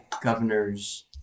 governor's